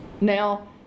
now